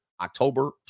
October